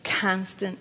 Constant